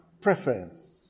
preference